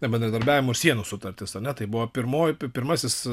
ta bendradarbiavimo sienų sutartis ar ne tai buvo pirmoji pirmasis